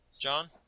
John